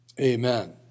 Amen